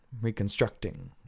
reconstructing